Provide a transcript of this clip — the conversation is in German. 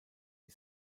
die